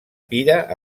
pira